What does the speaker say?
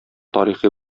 тарихи